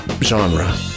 genre